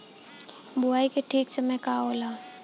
बुआई के ठीक समय का होला?